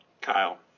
Kyle